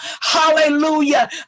Hallelujah